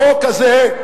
החוק הזה,